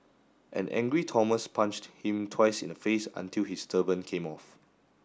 an angry Thomas punched him twice in the face until his turban came off